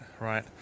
right